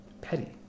petty